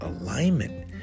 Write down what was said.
alignment